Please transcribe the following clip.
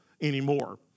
anymore